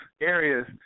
areas